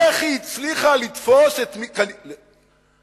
איך היא הצליחה לתפוס חשודים